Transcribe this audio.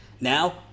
Now